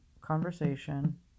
conversation